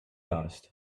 asked